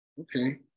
Okay